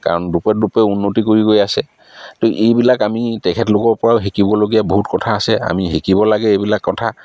কাৰণ দোপতদোপে উন্নতি কৰি গৈ আছে তো এইবিলাক আমি তেখেতলোকৰপৰাও শিকিবলগীয়া বহুত কথা আছে আমি শিকিব লাগে এইবিলাক কথা